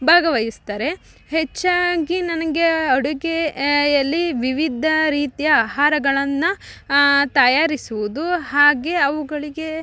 ಭಾಗವಹಿಸ್ತಾರೆ ಹೆಚ್ಚಾಗಿ ನನಗೆ ಅಡುಗೆ ಎಲ್ಲಿ ವಿವಿಧ ರೀತಿಯ ಆಹಾರಗಳನ್ನ ತಯಾರಿಸುವುದು ಹಾಗೆ ಅವುಗಳಿಗೆ